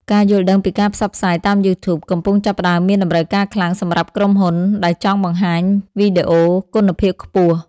ការយល់ដឹងពីការផ្សព្វផ្សាយតាមយូធូប កំពុងចាប់ផ្តើមមានតម្រូវការខ្លាំងសម្រាប់ក្រុមហ៊ុនដែលចង់បង្ហាញវីដេអូគុណភាពខ្ពស់។